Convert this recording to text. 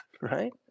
right